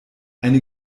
eine